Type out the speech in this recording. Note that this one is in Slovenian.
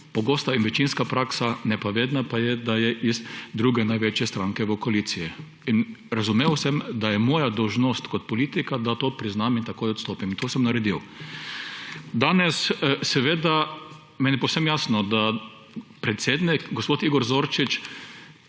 Pogosta in večinska praksa, ne pa vedno, pa je, da je iz druge največje stranke v koaliciji. Razumel sem, da je moja dolžnost kot politika, da to priznam in takoj odstopim. In to sem naredil. Danes je meni povsem jasno, da predsednik gospod Igor Zorčič,